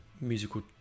musical